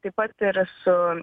taip pat ir su